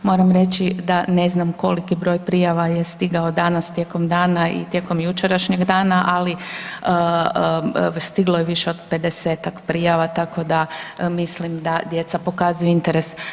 Moram reći da ne znam koliki broj prijava je stigao danas tijekom dana i tijekom jučerašnjeg dana, ali stiglo je više od 50-tak prijava, tako da, mislim da djeca pokazuju interes.